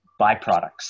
byproducts